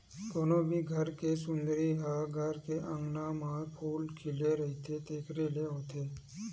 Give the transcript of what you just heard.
कोनो भी घर के सुंदरई ह घर के अँगना म फूल खिले रहिथे तेखरे ले होथे